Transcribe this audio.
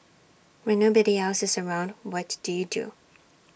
when nobody else is around what do you do